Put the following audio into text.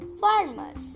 farmers